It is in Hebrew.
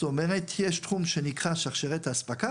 יש תחום שנקרא שרשרת האספקה,